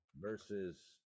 versus